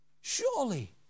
Surely